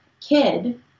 kid